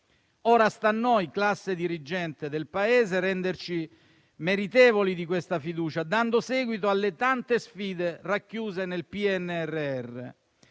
Ora sta a noi, classe dirigente del Paese, renderci meritevoli di questa fiducia, dando seguito alle tante sfide racchiuse nel PNRR.